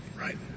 right